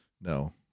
No